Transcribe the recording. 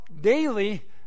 daily